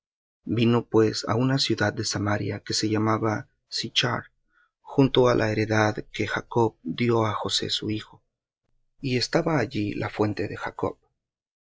vino pues á una ciudad de samaria que se llamaba sichr junto á la heredad que jacob dió á josé su hijo y estaba allí la fuente de jacob